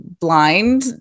blind